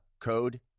code